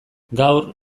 gaur